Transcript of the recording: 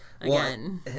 again